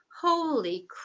holy